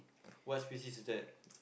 what's species is that